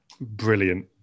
Brilliant